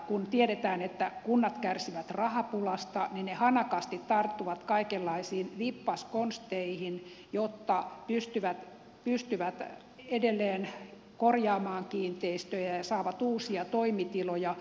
kun tiedetään että kunnat kärsivät rahapulasta niin ne hanakasti tarttuvat kaikenlaisiin vippaskonsteihin jotta pystyvät edelleen korjaamaan kiinteistöjä ja saavat uusia toimitiloja